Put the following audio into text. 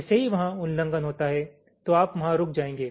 जैसे ही वहाँ उल्लंघन होता हैं तो आप वहाँ रुक जायेंगे